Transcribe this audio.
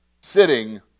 sitting